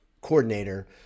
coordinator